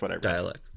dialect